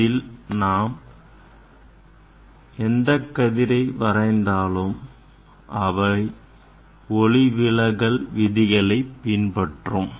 இதில் நாம் எந்த கதிரை வரைந்தாலும் அவை ஒளிவிலகல் விதிகளை பின்பற்றும்